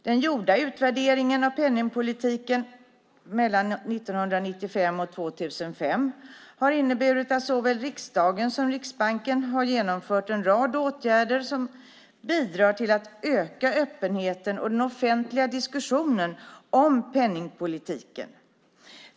Den gjorda utvärderingen av penningpolitiken mellan 1995 och 2005 har inneburit att såväl riksdagen som Riksbanken har genomfört en rad åtgärder som bidrar till att öka öppenheten och den offentliga diskussionen om penningpolitiken.